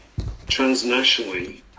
transnationally